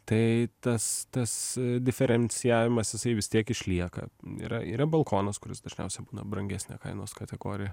tai tas tas diferencijavimas jisai vis tiek išlieka yra yra balkonas kuris dažniausia būna brangesnė kainos kategorija